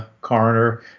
coroner